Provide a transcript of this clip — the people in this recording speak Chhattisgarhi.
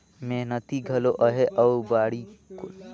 मेहनती घलो अहे अउ बाड़ी कोला लगाए के दिमाक हर तो घलो ऐखरे रहिस हे